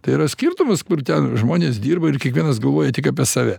tai yra skirtumas kur ten žmonės dirba ir kiekvienas galvoja tik apie save